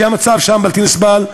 שהמצב שם בלתי נסבל.